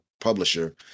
publisher